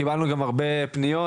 קיבלנו גם הרבה פניות,